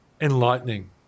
enlightening